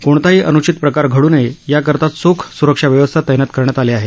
कोणताही अनुचित प्रकार घडू नयेत याकरता चोख स्रक्षा व्यवस्था तैनात करण्यात आली आहे